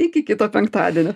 iki kito penktadienio